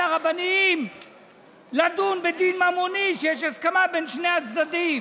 הרבניים לדון בדין ממוני כשיש הסכמה בין שני הצדדים.